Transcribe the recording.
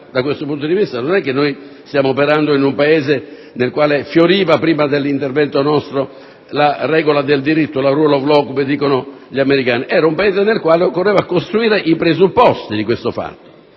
Da questo punta di vista, non stiamo operando in un Paese nel quale fioriva, prima del nostro intervento, la regola del diritto, la *rule of law*, come dicono gli americani: era un Paese nel quale occorreva costruire i presupposti di ciò e